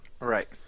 Right